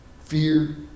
Fear